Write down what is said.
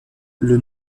les